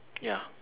ya